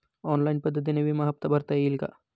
Online पद्धतीने विमा हफ्ता भरता येईल का?